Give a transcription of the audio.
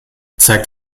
zeigt